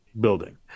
building